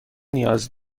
نیاز